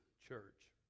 church